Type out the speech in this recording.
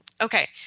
Okay